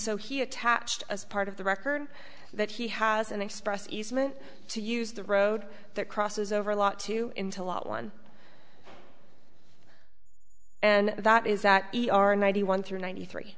so he attached as part of the record that he has an express easement to use the road that crosses over a lot to into lot one and that is that e r ninety one through ninety three